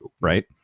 right